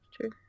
True